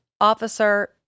Officer